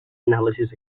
analysis